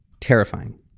terrifying